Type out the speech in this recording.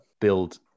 build